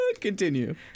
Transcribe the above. continue